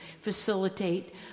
facilitate